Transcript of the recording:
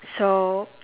so